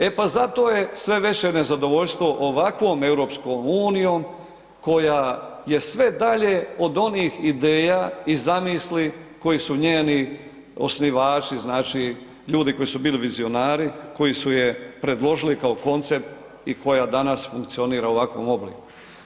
E pa, zato je sve veće nezadovoljstvo ovakvom EU koja je sve dalje od onih ideja i zamisli koje su njeni osnivači, znači ljudi koji su bili vizionari, koji su je predložili kao koncept i koja danas funkcionira u ovakvom obliku.